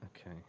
Okay